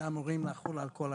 שאמורים לחול על כל החוק.